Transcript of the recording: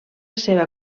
seva